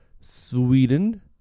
Sweden